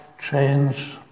change